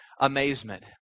amazement